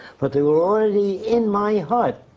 but they were already in my hut,